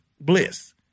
bliss